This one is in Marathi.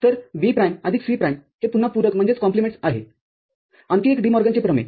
तर B प्राईमआदिक C प्राईम हे पुन्हा पूरक आहेआणखी एक डीमॉर्गनचे प्रमेय